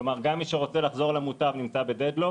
כלומר, גם מי שרוצה לחזור למוטב נמצא ב deadlock,